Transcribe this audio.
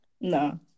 No